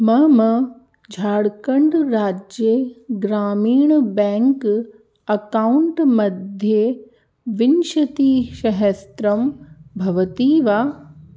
मम झार्खण्ड्राज्ये ग्रामीण बेङ्क् अक्कौण्ट्मध्ये विंशतिसहस्रं भवति वा